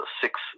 six